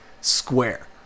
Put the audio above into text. square